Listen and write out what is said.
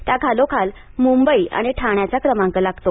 त्या खालोखाल मुंबई आणि ठाण्याचा क्रमांक लागतो